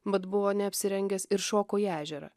mat buvo neapsirengęs ir šoko į ežerą